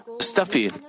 stuffy